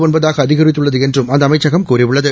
ஒன்பதாக அதிகித்துள்ளது என்றும் அந்த அமைச்சகம் கூறியுள்ளது